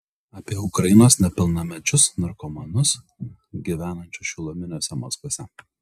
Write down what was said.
apie ukrainos nepilnamečius narkomanus gyvenančius šiluminiuose mazguose